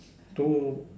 two